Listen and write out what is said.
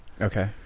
Okay